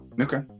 Okay